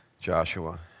Joshua